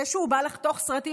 זה שהוא בא לחתוך סרטים,